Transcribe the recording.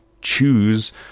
choose